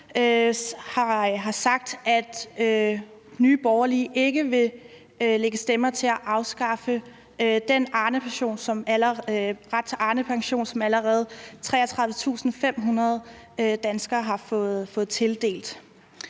har sagt, at Nye Borgerlige ikke vil lægge stemmer til at afskaffe retten til den Arnepension, som 33.500 danskere allerede har fået tildelt.